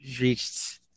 reached